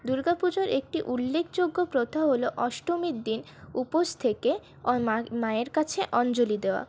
দুর্গাপুজোর একটি উল্লেখযোগ্য প্রথা হল অষ্টমীর দিন উপোস থেকে মা মায়ের কাছে অঞ্জলি দেওয়া